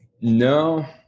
No